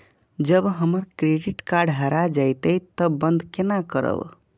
जब हमर credit card हरा जयते तब बंद केना करब?